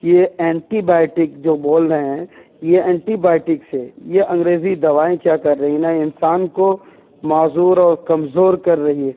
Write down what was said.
یہ antibiotic جو بول رہے ہیں یہ اینٹی بایوٹکس ہے یہ انگریزی دوائیں کیا کر رہی ہیں نا انسان کو معذور اور کمزور کر رہی ہے